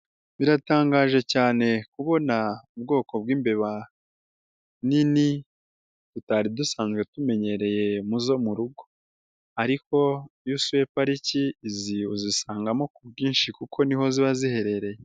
Biratangaje cyane kubona ubwoko bwimbeba nini tutari dusanzwe tumenyereye mu zo murugo, ariko iyo usuye pariki uzisangamo ku bwinshi kuko niho ziba ziherereye.